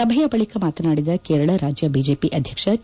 ಸಭೆಯ ಬಳಿಕ ಮಾತನಾಡಿದ ಕೇರಳ ರಾಜ್ಯ ಬಿಜೆಪಿ ಅಧ್ಯಕ್ಷ ಕೆ